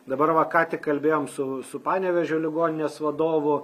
dabar va ką tik kalbėjom su su panevėžio ligoninės vadovu